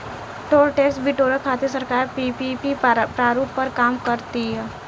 toll tax बिटोरे खातिर सरकार पीपीपी प्रारूप पर काम कर तीय